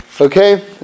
Okay